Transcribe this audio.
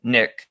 Nick